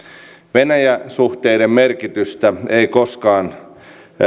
venäjä suhteiden merkitystä ei koskaan